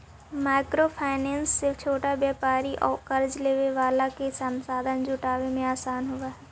micro finance से छोटा व्यापारि औउर कर्ज लेवे वाला के संसाधन जुटावे में आसान होवऽ हई